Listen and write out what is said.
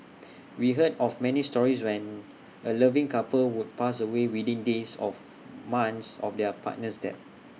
we heard of many stories when A loving couple would pass away within days of months of their partner's death